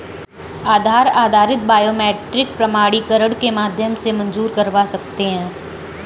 आधार आधारित बायोमेट्रिक प्रमाणीकरण के माध्यम से मंज़ूर करवा सकते हैं